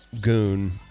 goon